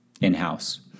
in-house